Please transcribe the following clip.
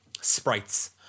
sprites